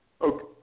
Okay